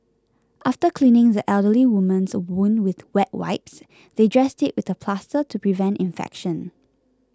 after cleaning the elderly woman's wound with wet wipes they dressed it with a plaster to prevent infection